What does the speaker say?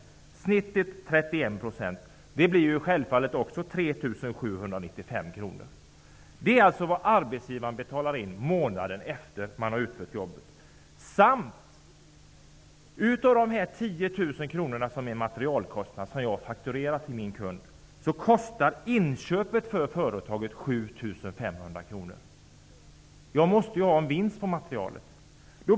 Genomsnittet 31 % blir självfallet också 3 795 kr. Detta är alltså vad arbetsgivaren betalar in månaden efter att jobbet har utförts. Av de 10 000 som har fakturerats kunden för materialkostnader uppgår kostnaden för företagets inköp till 7 500 kr. Det måste ju bli en vinst på materialet.